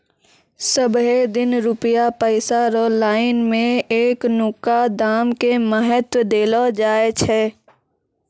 सबहे दिन रुपया पैसा रो लाइन मे एखनुका दाम के महत्व देलो जाय छै